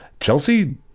Chelsea